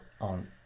on